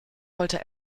wollte